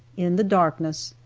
in the darkness,